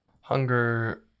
Hunger